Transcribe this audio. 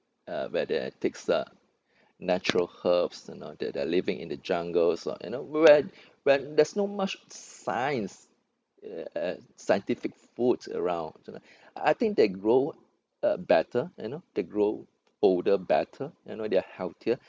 uh where they take uh natural herbs you know they they're living in the jungles ah you know where when there's no much science uh scientific foods around I think they grow uh better you know they grow older better you know they're healthier